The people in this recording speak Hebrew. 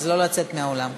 אז לא לצאת מהאולם.